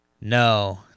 No